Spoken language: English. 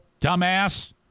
dumbass